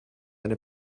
eine